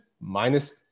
minus